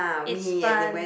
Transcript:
it's fun